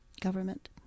government